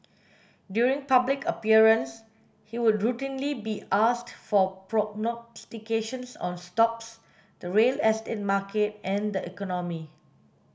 during public appearance he would routinely be asked for prognostications on stocks the real estate market and the economy